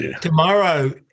Tomorrow